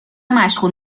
مشغول